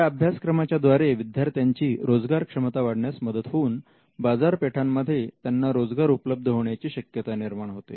या अभ्यासक्रमाच्या द्वारे विद्यार्थ्यांची रोजगार क्षमता वाढण्यास मदत होऊन बाजारपेठांमध्ये त्यांना रोजगार उपलब्ध होण्याची शक्यता निर्माण होते